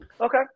Okay